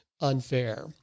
unfair